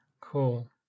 Cool